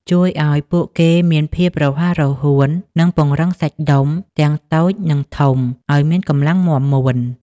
ជួយឱ្យពួកគេមានភាពរហ័សរហួន និងពង្រឹងសាច់ដុំទាំងតូចនិងធំឱ្យមានកម្លាំងមាំមួន។